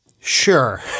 Sure